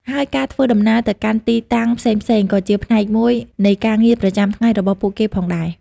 ហើយការធ្វើដំណើរទៅកាន់ទីតាំងផ្សេងៗក៏ជាផ្នែកមួយនៃការងារប្រចាំថ្ងៃរបស់ពួកគេផងដែរ។